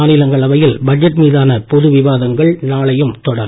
மாநிலங்களவையில் பட்ஜெட் மீதான பொது விவாதங்கள் நாளையும் தொடரும்